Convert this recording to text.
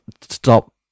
Stop